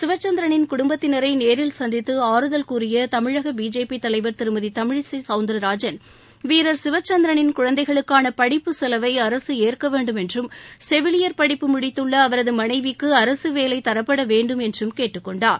சிவச்சந்திரளின் குடும்பத்திளரை நேரில் சந்தித்து ஆறுதல் கூறிய தமிழக பிஜேபி தலைவர் திருமதி தமிழிசை சவுந்திரராஜன் வீரர் சிவச்சந்திரனின் குழந்தைகளுக்கான படிப்பு செலவை அரசு ஏற்க வேண்டும் என்றும் செவிலியர் படிப்பு முடித்துள்ள அவரது மனைவிக்கு அரசு வேலை தரப்பட வேண்டும் என்றும் கேட்டுக் கொண்டார்